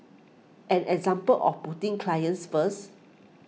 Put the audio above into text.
an example of putting clients first